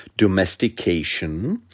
domestication